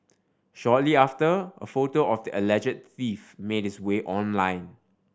shortly after a photo of the alleged thief made its way online